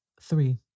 Three